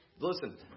Listen